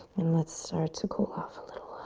and let's start to cool off a little.